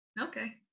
Okay